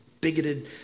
bigoted